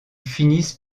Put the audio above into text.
finissent